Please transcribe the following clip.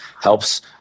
helps